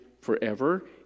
forever